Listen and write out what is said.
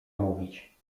mówić